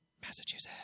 Massachusetts